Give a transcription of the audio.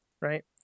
right